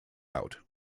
out